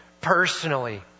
personally